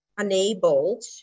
enabled